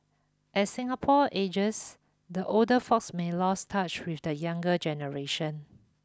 as Singapore ages the older folk may lose touch with the younger generation